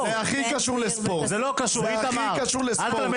וזה נושא שחייבים לטפל בו.